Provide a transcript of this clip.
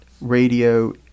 radio